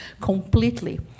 completely